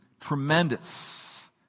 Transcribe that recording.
tremendous